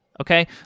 Okay